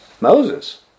Moses